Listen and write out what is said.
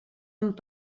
amb